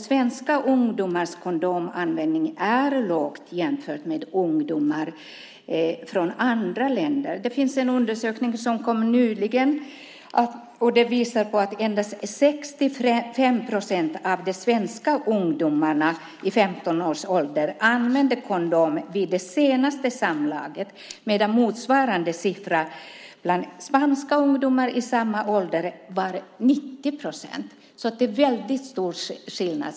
Svenska ungdomars kondomanvändning är liten jämfört med ungdomar i andra länder. Det kom nyligen en undersökning som visar att endast 65 procent av de svenska ungdomarna i 15-årsåldern använde kondom vid det senaste samlaget. Motsvarande siffra bland spanska ungdomar i samma ålder var 90 procent. Det är alltså mycket stor skillnad.